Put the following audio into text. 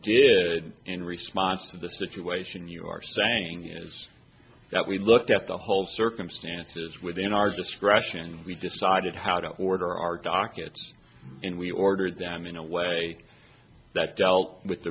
did in response to the situation you are saying is that we looked at the whole circumstances within our discretion we decided how to order our docket and we ordered them in a way that dealt with the